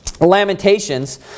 Lamentations